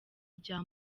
rya